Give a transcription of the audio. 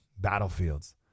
battlefields